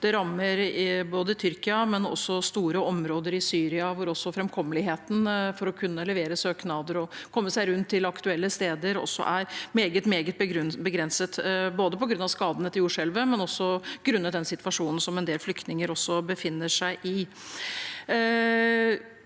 Den rammer Tyrkia, men også store områder i Syria, hvor framkommeligheten for å kunne levere søknader og komme seg rundt til aktuelle steder er meget begrenset, både på grunn av skadene etter jordskjelvet og også grunnet den situasjonen som en del flyktninger befinner seg i.